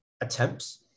attempts